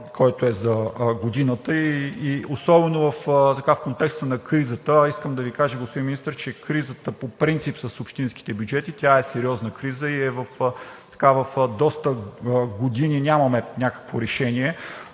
който е за годината, и особено в контекста на кризата. А искам да Ви кажа, господин Министър, че кризата по принцип с общинските бюджети е сериозна криза и доста години нямаме някакво решение